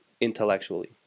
intellectually